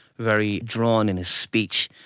very drawn in his speech.